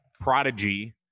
prodigy